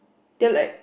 they like